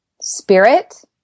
spirit